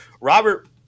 Robert